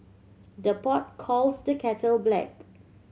the pot calls the kettle black